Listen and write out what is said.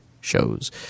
shows